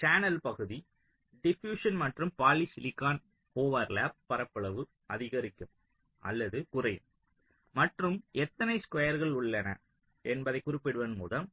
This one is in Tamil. சேனல் பகுதி டிபியுஸ்சன் மற்றும் பாலிசிலிகானின் ஓவர்லேப் பரப்பளவு அதிகரிக்கும் அல்லது குறையும் மற்றும் எத்தனை ஸ்குயர்கள் உள்ளன என்பதைக் குறிப்பிடுவதன் மூலம்